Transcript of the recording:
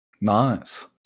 Nice